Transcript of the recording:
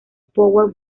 power